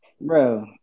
bro